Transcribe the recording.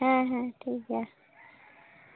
ᱦᱮᱸ ᱦᱮᱸ ᱴᱷᱤᱠ ᱜᱮᱭᱟ